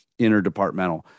interdepartmental